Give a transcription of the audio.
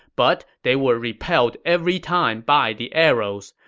but they were repelled every time by the arrows.